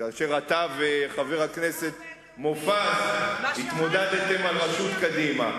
כאשר אתה וחבר הכנסת מופז התמודדתם על ראשות קדימה,